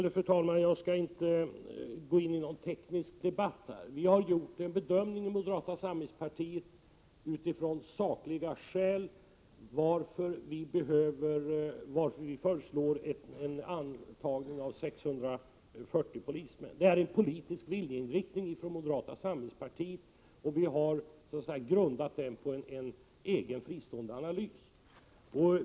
Fru talman! Jag skall inte gå in i någon teknisk debatt. I moderata samlingspartiet har vi gjort en bedömning utifrån sakliga skäl som motiverar vårt förslag om 640 platser. Det är en politisk viljeinriktning från moderata samlingspartiet, och vi har grundat den på en egen, fristående analys.